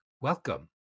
Welcome